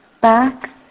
back